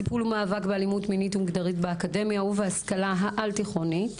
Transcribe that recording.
טיפול ומאבק באלימות מינית ומגדרית באקדמיה ובהשכלה העל-תיכונית,